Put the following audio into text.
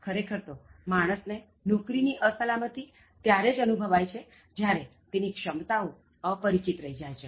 ખરેખર તો માણસને નોકરી ની અસલામતિ ત્યારે જ અનુભવાય છે જ્યારે તેની ક્ષમતાઓ અપરિચિત રહી જાય છે